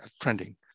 trending